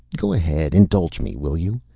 go ahead, indulge me, will you?